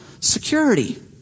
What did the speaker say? security